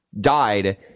died